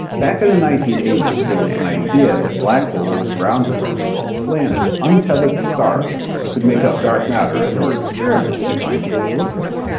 back in the nineteen eighty s there was an idea that black holes, brown dwarfs, or planets untethered to stars could make up dark matter and there were experiments designed to look for them.